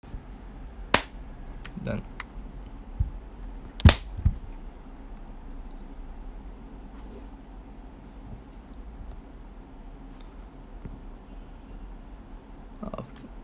done oh